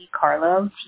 Carlo